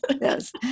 yes